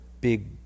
big